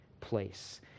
place